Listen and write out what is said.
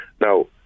Now